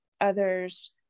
others